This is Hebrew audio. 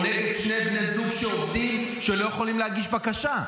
או נגד שני בני זוג שעובדים ולא יכולים להגיש בקשה.